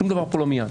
שום דבר פה לא מיד.